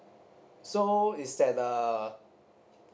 so is that uh